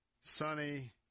sunny